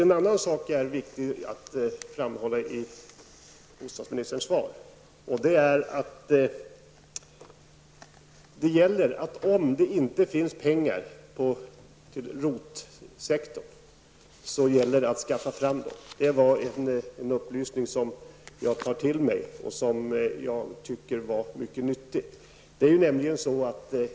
En annan viktig sak att framhålla när det gäller bostadsministerns svar är att det, om det inte finns pengar till ROT-sektorn, gäller att skaffa fram sådana. Upplysningen i det avseendet tar jag till mig. Jag tycker att den är mycket nyttig.